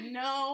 no